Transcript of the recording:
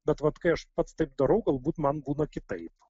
bet vat kai aš pats taip darau galbūt man būna kitaip